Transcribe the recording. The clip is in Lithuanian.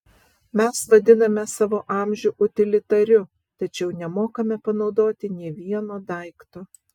mes vadiname savo amžių utilitariu tačiau nemokame panaudoti nė vieno daikto